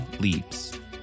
Leaps